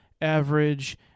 average